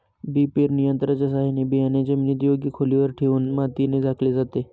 बी पेरणी यंत्राच्या साहाय्याने बियाणे जमिनीत योग्य खोलीवर ठेवून मातीने झाकले जाते